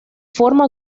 forma